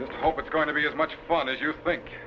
s hope it's going to be as much fun as you think